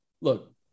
look